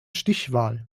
stichwahl